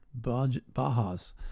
Bajas